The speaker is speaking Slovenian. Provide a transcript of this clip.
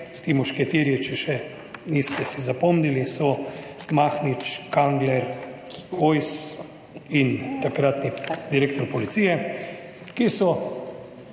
Ti mušketirji, če še niste si zapomnili, so Mahnič, Kangler, Hojs in takratni direktor policije, ki so